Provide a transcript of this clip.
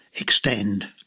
extend